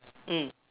mm